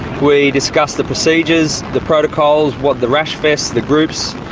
we discussed the procedures, the protocols, what the rash vests, the groups,